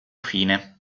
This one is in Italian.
fine